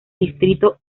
distrito